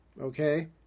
okay